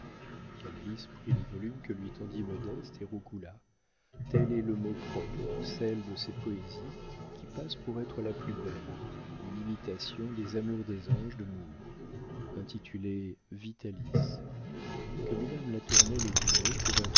prit le volume que lui tendit modeste et roucoula tel est le mot propre celle de ses poésies qui passe pour être la plus belle une imitation des amours des anges de moore intitulée vitalis que mesdames latournelle et dumay